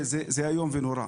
זה איום ונורא.